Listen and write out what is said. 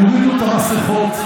יורידו את המסכות,